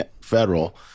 federal